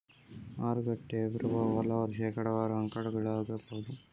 ಮಾರುಕಟ್ಟೆಯ ಪ್ರಭಾವವು ಹಲವಾರು ಶೇಕಡಾವಾರು ಅಂಕಗಳಾಗಬಹುದು